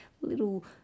little